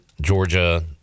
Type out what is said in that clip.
Georgia